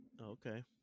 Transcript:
Okay